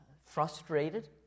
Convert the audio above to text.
frustrated